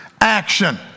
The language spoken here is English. action